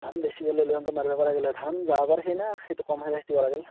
ধান বেচিবলৈ হ'লে তেনেকে মাৰিব পৰা গ'লে ধান যোৱাবাৰ সেই না সেইটো কম সেইটো ক'ৰা গ'ল